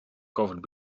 covered